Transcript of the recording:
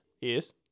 Yes